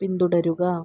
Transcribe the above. പിന്തുടരുക